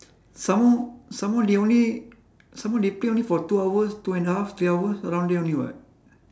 some more some more they only some more they play only for two hours two and a half three hours around there only [what]